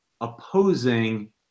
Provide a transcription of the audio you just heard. opposing